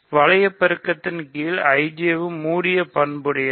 வளைய பெருக்கங்களின் கீழ் IJ வும் மூடிய பண்புடையது